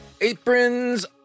Aprons